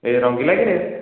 ଏ ରଙ୍ଗିଲା କିରେ